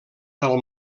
del